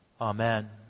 Amen